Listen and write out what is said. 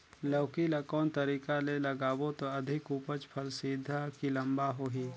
लौकी ल कौन तरीका ले लगाबो त अधिक उपज फल सीधा की लम्बा होही?